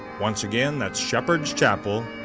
once again, that's shepherd's chapel,